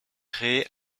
créés